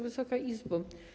Wysoka Izbo!